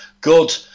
good